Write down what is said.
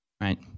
Right